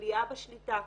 עליה בשליטה,